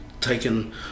taken